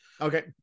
Okay